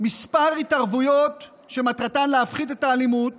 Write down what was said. כמה התערבויות שמטרתן להפחית את האלימות